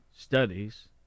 Studies